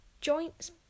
joints